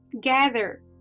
gather